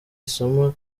isomo